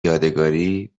یادگاری